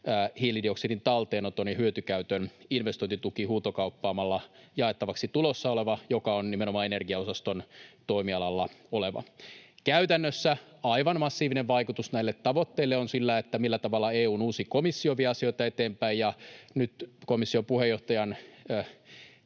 hiilidioksidin talteenoton ja hyötykäytön investointituki — huutokauppaamalla jaettavaksi tulossa oleva, joka on nimenomaan energiaosaston toimialalla oleva. Käytännössä aivan massiivinen vaikutus näille tavoitteille on sillä, millä tavalla EU:n uusi komissio vie asioita eteenpäin. Nyt komission puheenjohtajan